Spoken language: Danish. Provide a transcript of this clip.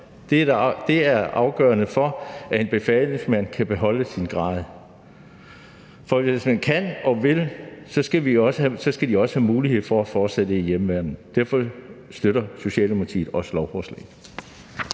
være afgørende for, at en befalingsmand kan beholde sin grad. For hvis man kan og vil, skal man også have mulighed for at fortsætte i hjemmeværnet. Derfor støtter Socialdemokratiet også lovforslaget.